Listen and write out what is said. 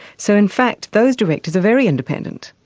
so in fact, those directors are very independent,